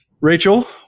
Rachel